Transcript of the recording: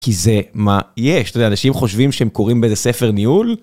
כי זה מה יש, אתה יודע, אנשים חושבים שהם קוראים באיזה ספר ניהול.